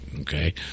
okay